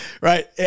Right